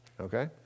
Okay